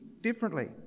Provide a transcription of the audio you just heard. Differently